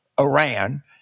Iran